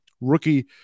rookie